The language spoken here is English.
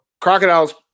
Crocodiles